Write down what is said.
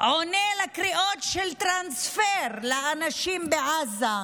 עונה על קריאות של טרנספר לאנשים בעזה במילים: